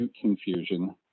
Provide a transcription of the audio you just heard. confusion